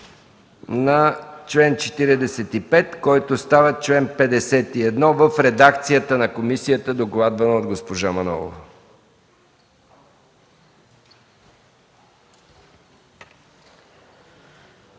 на чл. 45, който става чл. 51 в редакцията на комисията, докладвана от госпожа Манолова.